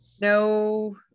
No